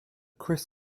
chris